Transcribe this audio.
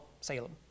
Salem